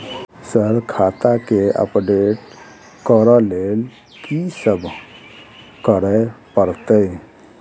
Sir खाता केँ update करऽ लेल की सब करै परतै?